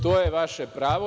To je vaše pravo.